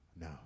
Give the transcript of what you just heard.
No